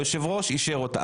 היושב-ראש אישר אותה.